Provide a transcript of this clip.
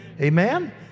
Amen